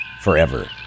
forever